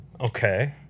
okay